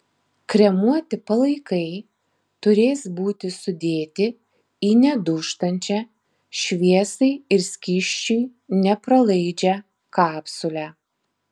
kremuoti palaikai turės būti sudėti į nedūžtančią šviesai ir skysčiui nepralaidžią kapsulę